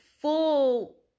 full